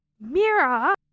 Mira